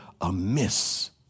amiss